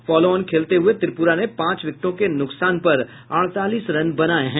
follow on खेलते हुए त्रिपुरा ने पांच विकटों के नुकसान पर अड़तालीस रन बनाए हैं